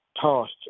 tossed